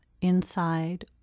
inside